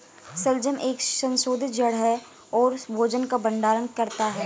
शलजम एक संशोधित जड़ है और भोजन का भंडारण करता है